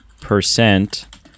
percent